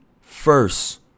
first